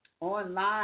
online